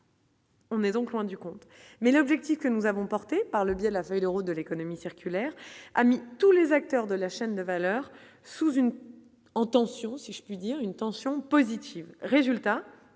On est donc loin du compte, mais l'objectif que nous avons porté par le biais de la feuille de route de l'économie circulaire amis tous les acteurs de la chaîne de valeur sous une en tension, si je puis dire, une tension positive, résultat